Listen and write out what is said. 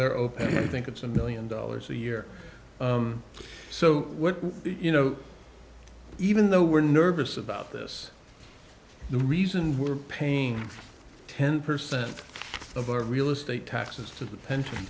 their open think it's a million dollars a year so you know even though we're nervous about this the reason we're paying ten percent of our real estate taxes to the pension